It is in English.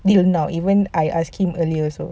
till now even I ask him earlier also